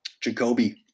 Jacoby